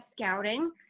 scouting